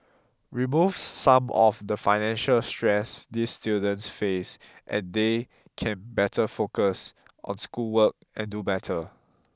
remove some of the financial stress these students face and they can better focus on schoolwork and do better